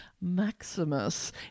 Maximus